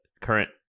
current